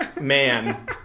man